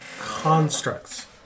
Constructs